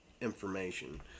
information